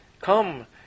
Come